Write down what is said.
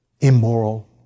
immoral